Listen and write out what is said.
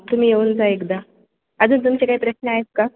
तुम्ही येऊन जा एकदा अजून तुमचे काय प्रश्न आहेत का